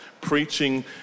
preaching